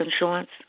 insurance